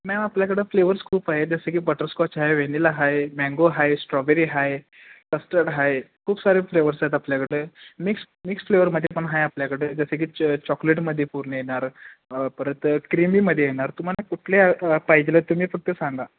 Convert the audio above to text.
ma'am आपल्याकडं flavours खूप आहेत जसे की बटरस्कॉच आहे वेनिला आहे मँगो आहे स्ट्रॉबेरी आहे कस्टर्ड आहे खूप सारे फ्लेवर्स आहेत आपल्याकडे मिक्स मिक्स फ्लेवरमेध्ये पण आहे आपल्याकडे जसे की च चॉकलेटमध्ये पूर्ण येणार परत क्रीमीमध्ये येणार तुम्हाला कुठले पाहिजेले तुम्ही फक्त सांगा